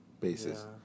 basis